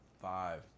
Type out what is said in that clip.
five